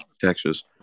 Texas